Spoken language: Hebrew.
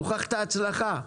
הוכחתם הצלחה,